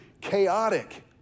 chaotic